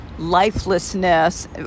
lifelessness